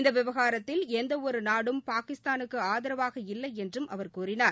இந்த விவகாரத்தில் எந்த ஒரு நாடும் பாகிஸ்தானுக்கு ஆதரவாக இல்லை என்றும் அவர் கூறினார்